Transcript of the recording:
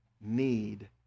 need